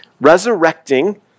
resurrecting